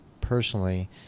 personally